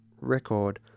record